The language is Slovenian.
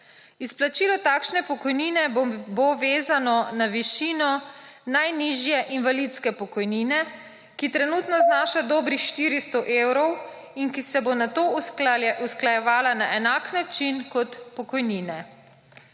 Izplačilo takšne pokojnine bo vezano na višino najnižje invalidske pokojnine, ki trenutno znaša / znak za konec razprave/ dobrih 400 evrov in ki se bo nato usklajevala na enak način, kot pokojnine.